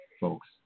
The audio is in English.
folks